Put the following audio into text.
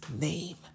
name